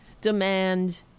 demand